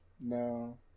No